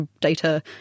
data